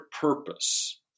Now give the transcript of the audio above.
purpose